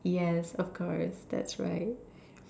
yes of course that's right